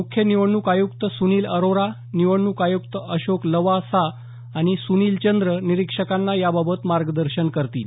मुख्य निवडणूक आयुक्त सुनील अोरा निवडणूक आयुक्त अशोक लवासा आणि सुशील चन्द्र निरीक्षकांना याबाबत मार्गदर्शन करतील